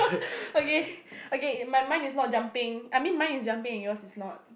okay okay my mind is not jumping I mean mine is jumping yours is not